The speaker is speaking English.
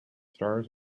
stars